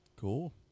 Cool